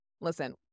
Listen